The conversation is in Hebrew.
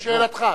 בבקשה, שאלתך.